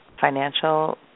financial